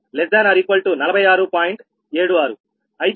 అయితే 𝜆0